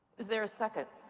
is there a second?